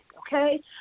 Okay